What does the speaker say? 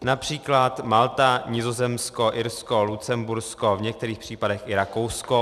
Například Malta, Nizozemsko, Irsko, Lucembursko a v některých případech i Rakousko.